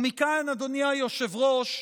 ומכאן, אדוני היושב-ראש,